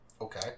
Okay